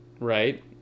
right